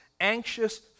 anxious